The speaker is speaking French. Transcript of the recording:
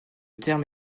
terme